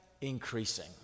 increasing